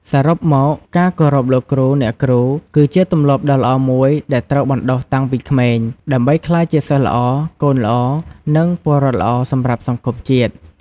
សរុបមក ការគោរពលោកគ្រូ អ្នកគ្រូ គឺជាទម្លាប់ដ៏ល្អមួយដែលត្រូវបណ្ដុះតាំងពីក្មេង ដើម្បីក្លាយជាសិស្សល្អ កូនល្អ និងពលរដ្ឋល្អសម្រាប់សង្គមជាតិ។